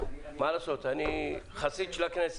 מה לעשות, אני חסיד של הכנסת.